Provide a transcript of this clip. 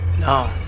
No